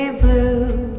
blue